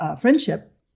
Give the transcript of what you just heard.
friendship